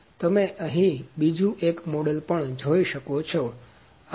તેથી તમે અહીં બીજું એક મોડેલ પણ જોઈ શકો છો